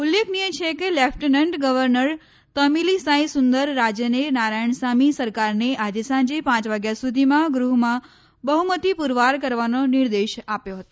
ઉલ્લેખનિય છે કે લેફ્ટનન્ટ ગર્વનર તમિલિસાઈ સુંદર રાજને નારાયણ સામી સરકારને આજે સાંજે પાંચ વાગ્યા સુધીમાં ગૃહમાં બહુમતી પુરવાર કરવાનો નિર્દેશ આપ્યો હતો